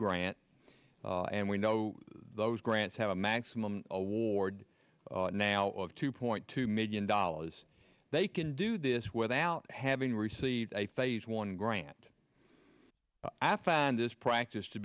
grant and we know those grants have a maximum award now of two point two million dollars they can do this without having received a phase one grant affan this practice to